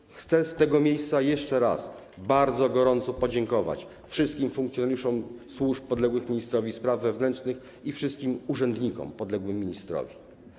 I chcę z tego miejsca jeszcze raz bardzo gorąco podziękować wszystkim funkcjonariuszom służb podległych ministrowi spraw wewnętrznych i wszystkim urzędnikom podległym ministrowi.